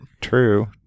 True